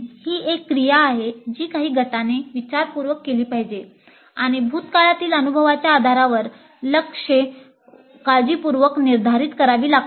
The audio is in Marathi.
ही एक क्रिया आहे जी काही गटाने विचारपूर्वक केली पाहिजे आणि भूतकाळातील अनुभवाच्या आधारावर लक्ष्य काळजीपूर्वक निर्धारित करावी लागतील